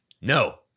No